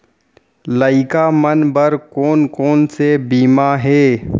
लइका मन बर कोन कोन से बीमा हे?